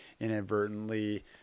inadvertently